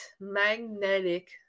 magnetic